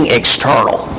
external